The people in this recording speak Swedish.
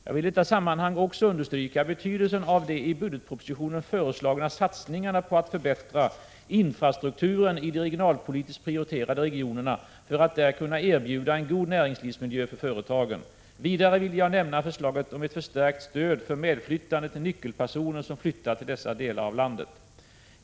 Jag vill i detta sammanhang också understryka betydelsen av de i budgetpropositionen föreslagna satsningarna på att förbättra infrastrukturen i de regionalpolitiskt prioriterade regionerna för att där kunna erbjuda en god näringslivsmiljö för företagen. Vidare vill jag nämna förslaget om ett förstärkt stöd för medflyttande till nyckelpersoner som flyttar till dessa delar av landet.